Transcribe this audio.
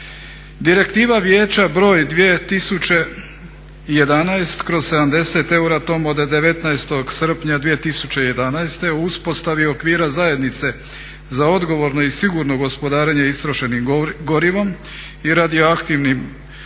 Direktiva Vijeća broj 2011/70 Euratom od 19. srpnja 2011. o uspostavi okvira zajednice za odgovorno i sigurno gospodarenje istrošenim gorivom i radioaktivnim otpadom,